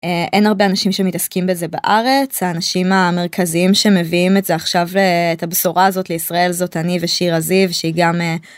אין הרבה אנשים שמתעסקים בזה בארץ. האנשים המרכזיים שמביאים את זה עכשיו את הבשורה הזאת לישראל זאת אני ושירה זיו שהיא גם..